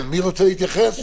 מי רוצה להתייחס?